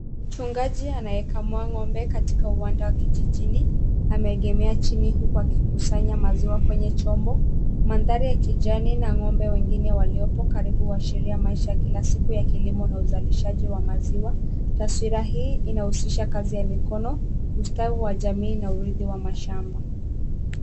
Mchungaji anayekamua ng'ombe katika uwanda kijijini ameegemea chini huku akikusanya maziwa kwenye chombo mandhari ya kijani na ng'ombe wengine waliopo huashiria maisha ya kila siku ya kilimo na uzalishaji wa mazingira taswira hii inahusisha kazi ya mikono ustawi wa jamii na uridhi wa shamba.